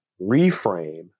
reframe